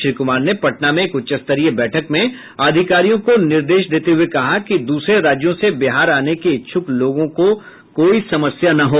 श्री कुमार ने पटना में एक उच्चस्तरीय बैठक में अधिकारियों को निर्देश देते हुये कहा कि दूसरे राज्यों से बिहार आने के इच्छुक लोगों को कोई समस्या न हो